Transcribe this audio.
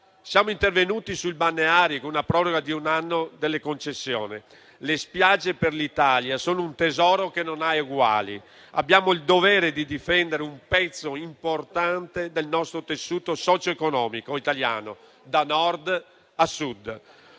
Siamo intervenuti sui balneari con una proroga di un anno delle concessioni: le spiagge per l'Italia sono un tesoro che non ha uguali, abbiamo il dovere di difendere un pezzo importante del tessuto socio-economico italiano, da Nord a Sud.